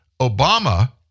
Obama